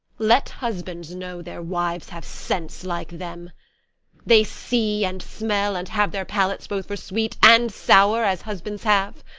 let husbands know their wives have sense like them they see and smell and have their palates both for sweet and sour, as husbands have.